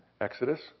Exodus